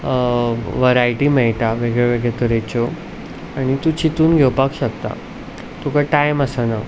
variety मेळटा वेगळे वेगळ्या तरेच्यो आनी तूं चिंतून घेवपाक शकता तुका टायम आसना